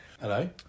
Hello